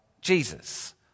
Jesus